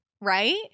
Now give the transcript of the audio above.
right